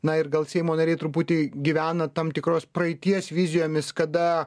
na ir gal seimo nariai truputį gyvena tam tikros praeities vizijomis kada